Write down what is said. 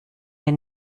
wir